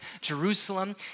Jerusalem